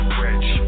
rich